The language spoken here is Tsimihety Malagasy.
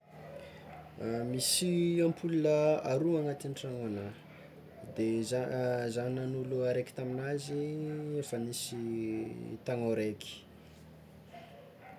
Misy ampola aroa agnatin'ny tragno anah de zah nanolo araiky taminazy efa nisy taogno araiky.